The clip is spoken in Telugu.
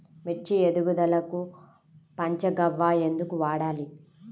మిర్చి ఎదుగుదలకు పంచ గవ్య ఎందుకు వాడాలి?